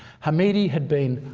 hamidi had been,